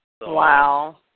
Wow